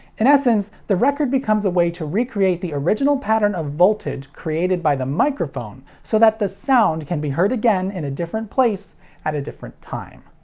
in essence, the record becomes a way to recreate the original pattern of voltage created by the microphone, so that the sound can be heard again in a different place at a different time.